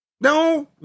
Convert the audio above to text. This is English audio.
No